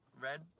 Red